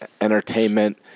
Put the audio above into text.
entertainment